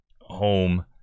home